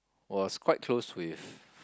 was quite close with